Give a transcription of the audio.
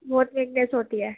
بہت ویکنیس ہوتی ہے